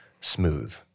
smooth